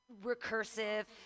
recursive